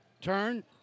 Turn